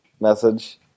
message